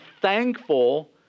thankful